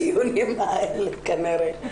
בדיונים האלה כנראה.